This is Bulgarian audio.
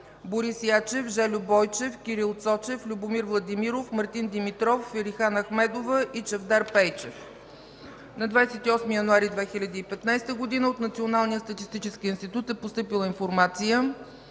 Борис Ячев, Жельо Бойчев, Кирил Цочев, Любомир Владимиров, Мартин Димитров, Ферихан Ахмедова и Чавдар Пейчев. На 28 януари 2015 г. от Националния статистически институт е постъпила информация